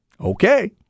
Okay